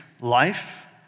life